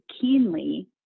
keenly